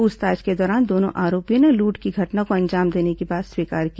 प्रछताछ में दोनों आरोपियों ने लूट की घटना को अंजाम देने की बात स्वीकार की